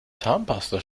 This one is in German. zahnpasta